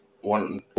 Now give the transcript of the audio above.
one